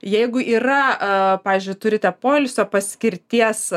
jeigu yra pavyzdžiui turite poilsio paskirties